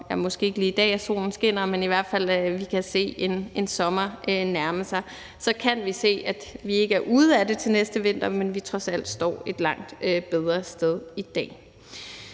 er måske ikke lige i dag, at solen skinner – og kan se en sommer nærme sig. Vi kan se, at vi ikke er ude af det til næste vinter, men at vi trods alt står et langt bedre sted i dag.